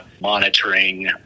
monitoring